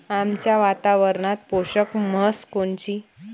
आमच्या वातावरनात पोषक म्हस कोनची?